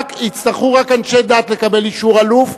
רק אנשי דת יצטרכו לקבל אישור אלוף,